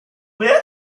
whiff